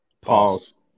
Pause